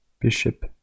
Bishop